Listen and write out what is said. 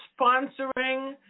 sponsoring